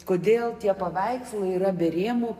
kodėl tie paveikslai yra be rėmų